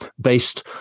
based